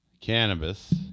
cannabis